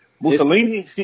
Mussolini